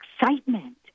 excitement